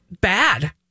Bad